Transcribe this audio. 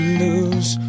lose